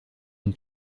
une